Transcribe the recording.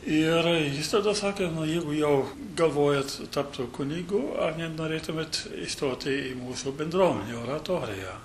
ir jis tada sakė jeigu jau galvojat tapti kunigu ar nenorėtumėt įstoti į mūsų bendruomenę oratoriją